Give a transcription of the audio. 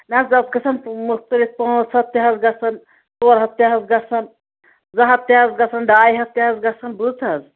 نہ حظ سُہ حظ گژھن مُختلف پانٛژھ ہتھ تہِ حظ گژھان ژور ہتھ تہِ حظ گژھان زٕ ہتھ تہِ حظ گژھان ڈاے ہتھ تہِ حظ گژھان بوٗز تہٕ حظ